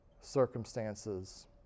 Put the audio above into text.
circumstances